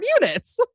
units